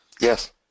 Yes